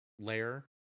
layer